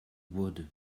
would